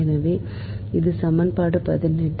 எனவே இது சமன்பாடு பதினெட்டு